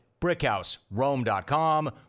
Brickhouserome.com